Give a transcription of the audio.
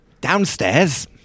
downstairs